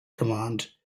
command